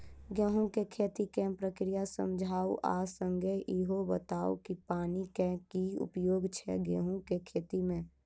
गेंहूँ केँ खेती केँ प्रक्रिया समझाउ आ संगे ईहो बताउ की पानि केँ की उपयोग छै गेंहूँ केँ खेती में?